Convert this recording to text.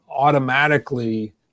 automatically